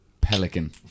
Pelican